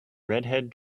redhead